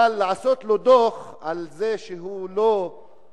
אבל לעשות לו דוח על זה שהוא לא,